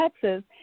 Texas